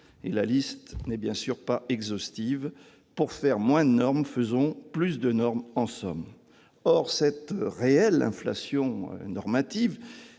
cette liste n'est-elle pas exhaustive. Pour faire moins de normes, faisons plus de normes, en somme ! Or cette inflation normative,